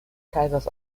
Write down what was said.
kaisers